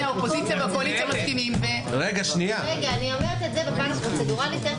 אני אומרת את זה בפן הפרוצדורלי.